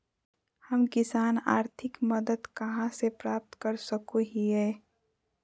हम किसान आर्थिक मदत कहा से प्राप्त कर सको हियय?